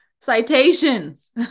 citations